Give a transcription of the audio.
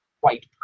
white